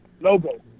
logo